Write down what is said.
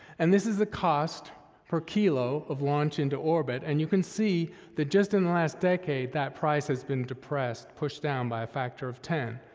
and this is the cost per kilo of launch into orbit, and you can see that just in the last decade, that price has been depressed, pushed down by a factor of ten,